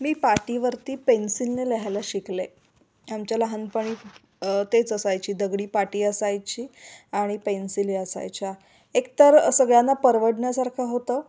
मी पाटीवरती पेन्सिलने लिहायला शिकले आमच्या लहानपणी तेच असायची दगडी पाटी असायची आणि पेन्सिली असायच्या एकतर सगळ्यांना परवडण्यासारखं होतं